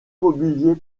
mobilier